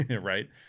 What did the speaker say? Right